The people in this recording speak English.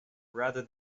rather